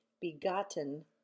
begotten